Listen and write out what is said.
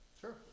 Sure